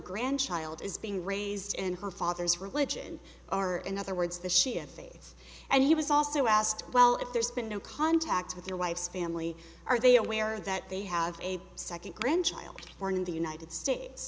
grandchild is being raised in her father's religion are in other words the shia faith and he was also asked well if there's been no contact with your wife's family are they aware that they have a second grandchild born in the united states